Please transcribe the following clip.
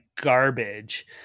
garbage